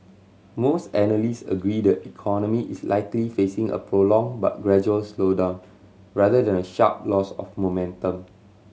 most analyst agree the economy is likely facing a prolonged but gradual slowdown rather than a sharp loss of momentum